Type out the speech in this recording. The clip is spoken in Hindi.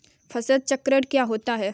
फसल चक्रण क्या होता है?